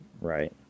Right